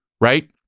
Right